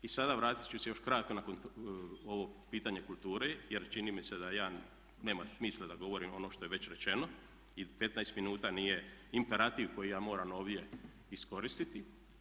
I sada vratit ću se još kratko nakon ovog pitanja kulture, jer čini mi se da ja nema smisla da govorim ono što je već rečeno i 15 minuta nije imperativ koji ja moram ovdje iskoristiti.